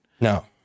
no